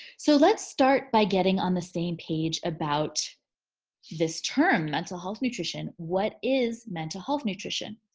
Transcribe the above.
so let's start by getting on the same page about this term mental health nutrition. what is mental health nutrition?